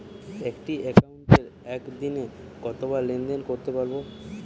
একটি একাউন্টে একদিনে কতবার লেনদেন করতে পারব?